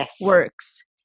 works